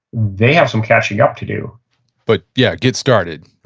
they have some catching up to do but, yeah, get started.